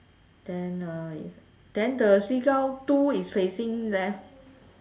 then uh the then the seagull two is facing left